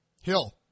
Hill